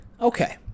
Okay